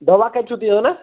دوا کَتہِ چھِو تُہۍ اَنان